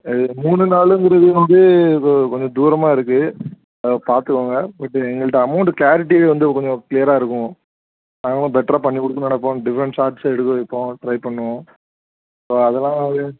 அது மூணு நாளுங்குறது வந்து கொ கொஞ்சம் தூரமாக இருக்குது பார்த்துக்கோங்க வித்து எங்கள்கிட்ட அமௌண்டு கேலரிட்டி வந்து கொஞ்சம் க்ளியராக இருக்கும் நாங்கெல்லாம் பெட்டராக பண்ணிக்கொடுக்குணும்னு நினைப்போம் டிஃப்ரெண்ட் ஷார்ட்ஸ் எடுக்க வைப்போம் ட்ரை பண்ணுவோம் ஸோ அதனால் அது